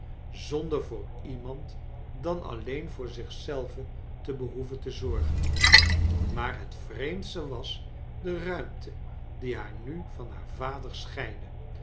zonder voor iemand dan alleen voor zich zelve te behoeven te zorgen maar het vreemdst was de ruimte die haar nu van haar vader